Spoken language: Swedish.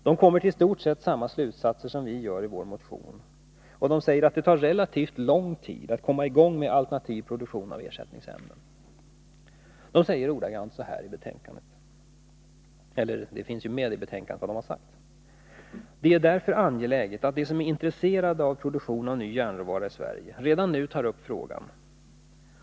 De kommer till i stort sett samma slutsatser som vi gör i vår motion, och de säger att det tar relativt lång tid att komma i gång med en alternativ produktion av ersättningsämnen. De säger ordagrant så här: ”Det är därför angeläget, att de, som är intresserade av produktion av ny järnråvara i Sverige, redan nu tar upp frågan.